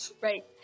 Right